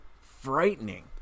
frightening